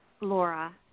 Laura